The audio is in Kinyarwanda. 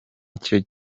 icyo